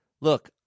Look